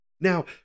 Now